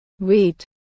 Wait